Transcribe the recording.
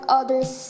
others